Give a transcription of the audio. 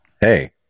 Hey